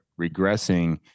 regressing